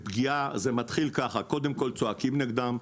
זה מתחיל כך קודם כל צועקים נגדם.